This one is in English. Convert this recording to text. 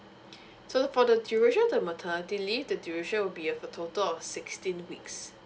so for the duration of the maternity leave the duration will be a total of sixteen weeks